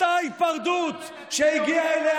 אותה היפרדות, חבר הכנסת בן גביר, לשבת.